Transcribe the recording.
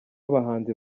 abahanzi